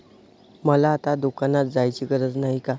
मला आता दुकानात जायची गरज नाही का?